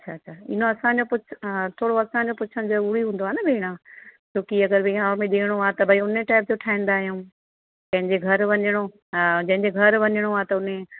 अछा अछा न असांजो कुझु हा थोरो असांजो पुछणु ज़रूरी हूंदो आहे न भेणु छोकी अगरि विहाउं में ॾियणो आ्हे त उन टाइप जो ठाहींदा आहियूं कंहिंजे घरु वञिणो हा जंहिंजे घर वञिणो आहे त उन